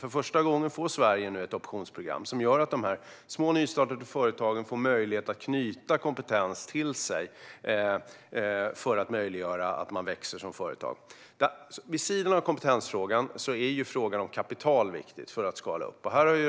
För första gången får nu Sverige ett optionsprogram som gör att små nystartade företag får möjlighet att knyta kompetens till sig för att man ska kunna växa som företag. Vid sidan av kompetensfrågan är frågan om kapital viktig.